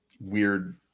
weird